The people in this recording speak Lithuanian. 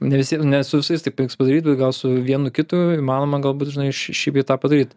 ne visi ne su visais taip reiks padaryt bet gal su vienu kitu įmanoma galbūt žinai šį bei tą padaryt